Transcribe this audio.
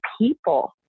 people